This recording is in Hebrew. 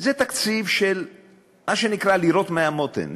זה תקציב של מה שנקרא לירות מהמותן,